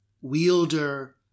wielder